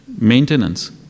Maintenance